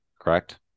correct